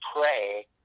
pray